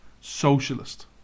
socialist